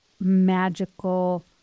magical